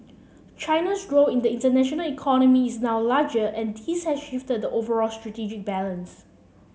China's role in the international economy is now larger and this has shifted the overall strategic balance